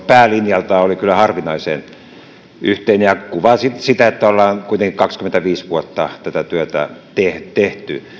päälinjaltaan oli kyllä harvinaisen yksituumainen ja kuvasi sitä että ollaan kuitenkin kaksikymmentäviisi vuotta tätä työtä tehty tehty